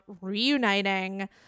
reuniting